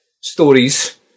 stories